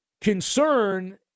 concern